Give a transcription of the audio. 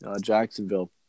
Jacksonville